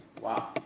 wow